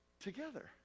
together